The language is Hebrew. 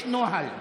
יש נוהל.